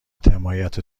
حمایت